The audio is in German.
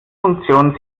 funktion